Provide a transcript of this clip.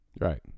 Right